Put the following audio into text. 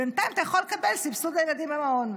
בינתיים אתה יכול לקבל סבסוד לילדים במעון.